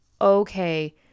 okay